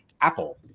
apple